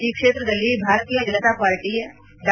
ಈ ಕ್ಷೇತ್ರದಲ್ಲಿ ಭಾರತೀಯ ಜನತಾ ಪಾರ್ಟಿ ಡಾ